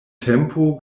tempo